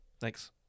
Thanks